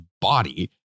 body